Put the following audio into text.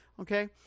Okay